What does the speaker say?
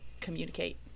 communicate